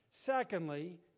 Secondly